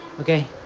Okay